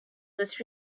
was